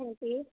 ਹਾਂਜੀ